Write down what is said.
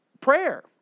prayer